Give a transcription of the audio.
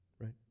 Right